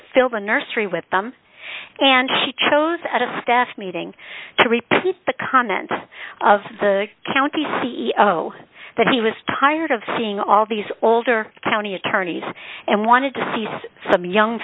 to fill the nursery with them and she chose at a staff meeting to repeat the contents of the county c e o that he was tired of seeing all these older county attorneys and wanted to cease some young